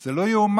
זה לא ייאמן.